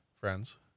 friends